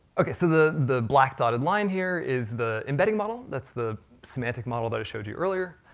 okay, so the the black, dotted line here, is the embedding model. that's the semantic model that i showed you earlier,